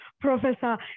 Professor